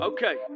Okay